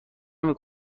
نمی